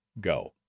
go